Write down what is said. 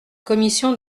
commission